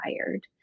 tired